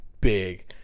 big